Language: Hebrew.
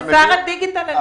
זה תחת משרד הדיגיטל הלאומי.